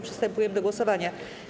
Przystępujemy do głosowania.